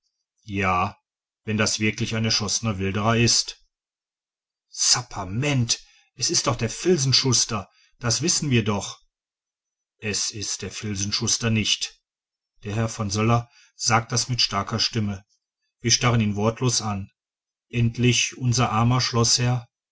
ja wenn das wirklich ein erschossener wilderer ist sapperment es ist doch der filzenschuster das wissen wir doch es ist der filzenschuster nicht der herr von söller sagt das mit starker stimme wir starren ihn wortlos an endlich unser armer